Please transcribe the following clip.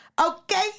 Okay